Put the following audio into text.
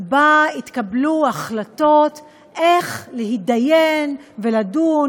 שבה התקבלו החלטות איך להתדיין ולדון